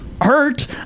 Hurt